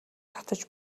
татаж